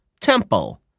temple